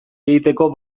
egiteko